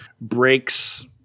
breaks